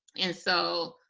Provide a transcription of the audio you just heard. and, so,